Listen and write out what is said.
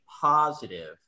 positive